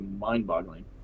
mind-boggling